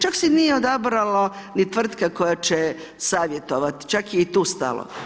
Čak se nije odabralo ni tvrtka koja će savjetovati, čak je i tu stalo.